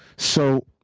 so